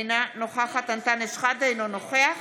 אינה נוכחת אנטאנס שחאדה, אינו נוכח